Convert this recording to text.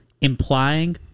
implying